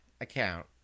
account